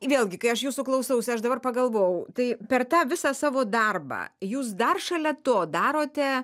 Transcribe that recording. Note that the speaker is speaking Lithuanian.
vėlgi kai aš jūsų klausausi aš dabar pagalvojau tai per tą visą savo darbą jūs dar šalia to darote